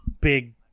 big